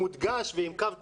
במודגש, עם קו תחתון.